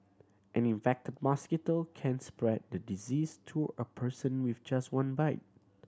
an infected mosquito can spread the disease to a person with just one bite